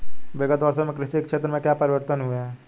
विगत वर्षों में कृषि के क्षेत्र में क्या परिवर्तन हुए हैं?